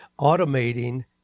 automating